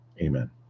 Amen